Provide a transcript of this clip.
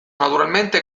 naturalmente